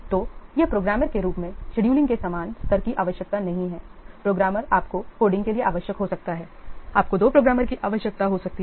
तो यह प्रोग्रामर के रूप में शेड्यूलिंग के समान स्तर की आवश्यकता नहीं है प्रोग्रामर आपको कोडिंग के लिए आवश्यक हो सकता है आपको दो प्रोग्रामर की आवश्यकता हो सकती है